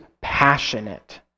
passionate